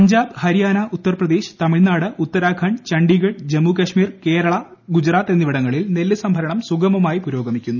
പഞ്ചാബ് ഹരിയാന ഉത്തർപ്രദേശ് തമിഴ്നാട് ഉത്തരാഖണ്ഡ് ചണ്ഡിഗഡ് ജമ്മുകശ്മീർ കേരളാ ഗുജറാത്ത് എന്നിവിടങ്ങളിൽ നെല്ല് സംഭരണം സുഗമമായി പുരോഗമിക്കുന്നു